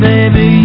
Baby